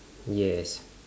yes